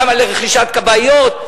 כמה לרכישת כבאיות,